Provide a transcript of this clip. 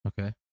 Okay